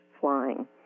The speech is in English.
flying